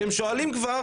שהם שואלים כבר,